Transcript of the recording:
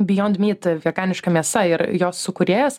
bijod myt veganiška mėsa ir jos sukūrėjas